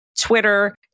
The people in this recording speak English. Twitter